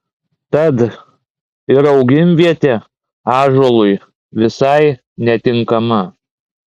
tad ir augimvietė ąžuolui visai netinkama